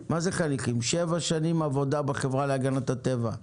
שבע שנים עבודה בחברה להגנת הטבע,